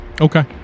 Okay